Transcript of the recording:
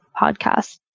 podcast